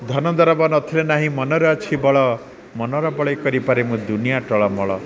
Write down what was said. ଧନ ଦରବ ନଥିଲେ ନାହିଁ ମନରେ ଅଛି ବଳ ମନର ବଳେ କରିପାରେ ମୁଁ ଦୁନିଆଁ ଟଳମଳ